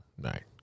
right